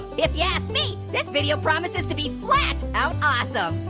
yeah yeah me, this video promises to be flat-out awesome